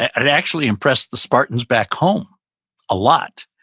it actually impressed the spartans back home a lot.